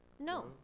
No